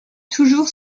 toujours